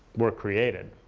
were created.